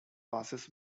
passes